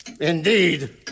Indeed